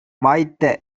வாய்ந்த